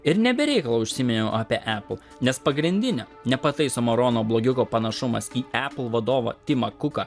ir ne be reikalo užsiminiau apie apple nes pagrindinio nepataisomo rono blogiuko panašumas į apple vadovą timą kuką